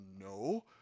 No